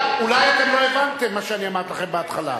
אולי אתם לא הבנתם מה שאני אמרתי לכם בהתחלה.